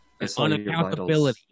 Unaccountability